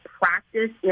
practice